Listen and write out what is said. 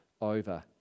over